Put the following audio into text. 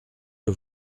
que